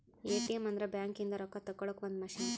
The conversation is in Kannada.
ಎ.ಟಿ.ಎಮ್ ಅಂದ್ರ ಬ್ಯಾಂಕ್ ಇಂದ ರೊಕ್ಕ ತೆಕ್ಕೊಳೊ ಒಂದ್ ಮಸಿನ್